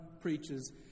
preaches